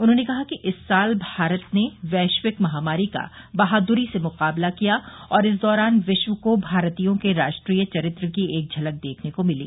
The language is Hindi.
उन्होंने कहा कि इस साल भारत ने वैश्विवक महामारी का बहादुरी से मुकाबला किया और इस दौरान विश्व को भारतीयों के राष्ट्रीय चरित्र की एक झलक देखने को मिली